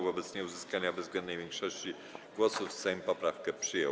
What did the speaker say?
Wobec nieuzyskania bezwzględnej większości głosów Sejm poprawkę przyjął.